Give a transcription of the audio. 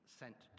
sent